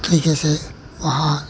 तरीके से वहाँ